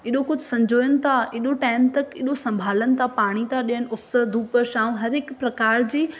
एॾो कुझु संजोइन था एॾो टाइम तक एॾो संभालनि था पाणी था ॾियनि उस धूप छांव हर हिकु प्रकार जी